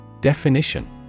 Definition